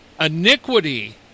iniquity